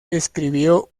escribió